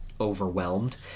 overwhelmed